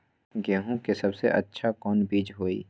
गेंहू के सबसे अच्छा कौन बीज होई?